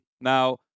Now